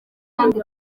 kandi